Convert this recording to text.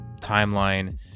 timeline